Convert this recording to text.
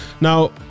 Now